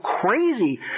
crazy